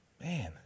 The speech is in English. Man